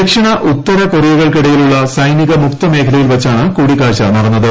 ദക്ഷിണ ഉത്തര കൊറിയകൾക്കിടയിലുള്ള സൈനികമുക്ത മേഖലയിൽ വച്ചാണ് കൂടിക്കാഴ്ച നടന്നത്